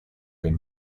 been